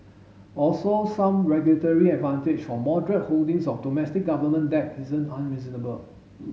also some regulatory advantage for moderate holdings of domestic government debt isn't unreasonable